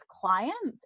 clients